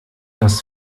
das